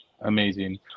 amazing